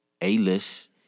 A-list